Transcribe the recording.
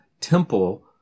temple